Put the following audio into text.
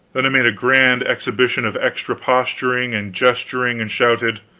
then i made a grand exhibition of extra posturing and gesturing, and shouted